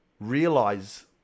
realize